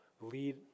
Lead